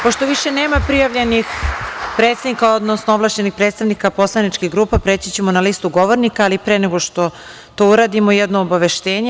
Pošto više nema prijavljenih predsednika, odnosno ovlašćenih predstavnika poslaničkih grupa, preći ćemo na listu govornika, ali pre nego što to uradimo, jedno obaveštenje.